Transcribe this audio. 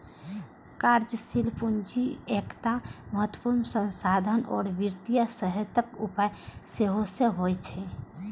कार्यशील पूंजी एकटा महत्वपूर्ण संसाधन आ वित्तीय सेहतक उपाय सेहो होइ छै